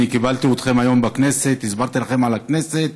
אני קיבלתי אתכם היום בכנסת, הסברתי לכם על הכנסת,